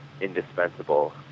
indispensable